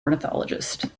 ornithologist